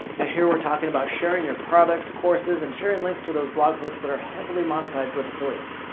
and here we're talking about sharing your products, courses and sharing links to those blog posts that are heavily monetized with affiliates.